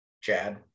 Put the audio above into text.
Chad